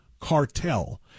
cartel